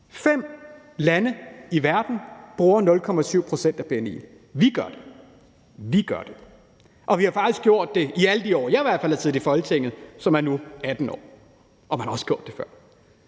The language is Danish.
lande i verden bruger 0,7 pct. af bni. Vi gør det; vi gør det, og vi har faktisk gjort det i i hvert fald alle de år, jeg har siddet i Folketinget, som nu er 18 år, og man har også gjort det før.